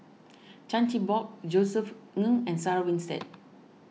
Chan Chin Bock Josef Ng and Sarah Winstedt